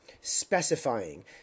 specifying